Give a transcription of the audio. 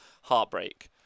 heartbreak